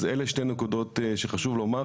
אז אלה שתי נקודות שחשוב לומר.